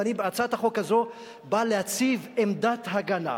ואני בהצעת החוק הזאת בא להציב עמדת הגנה,